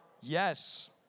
Yes